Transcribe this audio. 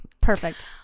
Perfect